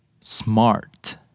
Smart